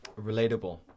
relatable